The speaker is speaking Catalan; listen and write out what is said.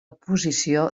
posició